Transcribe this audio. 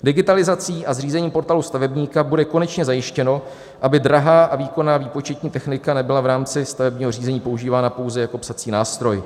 Digitalizací a zřízením Portálu stavebníka bude konečně zajištěno, aby drahá a výkonná výpočetní technika nebyla v rámci stavebního řízení používána pouze jako psací nástroj.